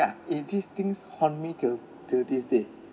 ya it these things haunt me till till this day